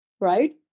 right